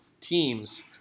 teams